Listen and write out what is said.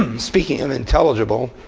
speaking of intelligible,